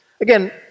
Again